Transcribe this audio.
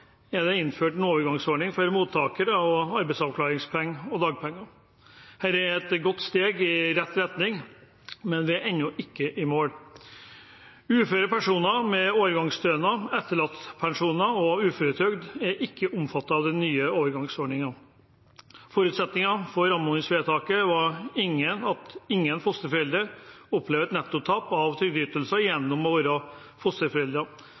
er det innført en overgangsordning for mottakere av arbeidsavklaringspenger og dagpenger. Dette er et godt steg i rett retning, men vi er ennå ikke i mål. Uføre personer med overgangsstønad, etterlattepensjon og uføretrygd er ikke omfattet av den nye overgangsordningen. Forutsetningen for anmodningsvedtaket var at ingen fosterforeldre skal oppleve et netto tap av trygdeytelser gjennom å være fosterforeldre.